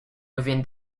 within